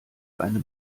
eine